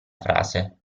frase